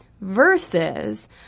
versus